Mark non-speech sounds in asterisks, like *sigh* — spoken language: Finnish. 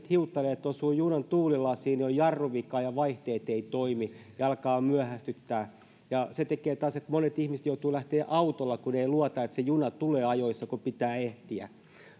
*unintelligible* hiutaleet osuvat junan tuulilasiin niin on jarruvika ja vaihteet eivät toimi ja alkaa myöhästyttää ja se tekee taas sen että monet ihmiset joutuvat lähtemään autolla kun eivät luota että se juna tulee ajoissa kun pitää ehtiä